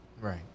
Right